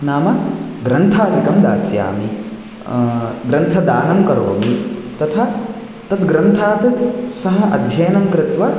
नाम ग्रन्थादिकं दास्यामि ग्रन्थदानं करोमि तथा तद्ग्रन्थात् सः अध्ययनं कृत्वा